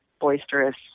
boisterous